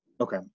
Okay